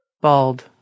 Bald